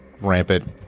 rampant